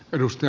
kiitos